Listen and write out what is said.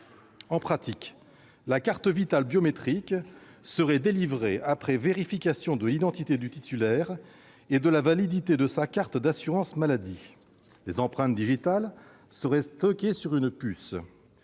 En pratique, la carte Vitale biométrique serait délivrée après vérification de l'identité du titulaire et de la validité de sa carte d'assurance maladie ; les empreintes digitales seraient stockées sur une puce.